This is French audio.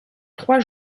trois